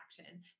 action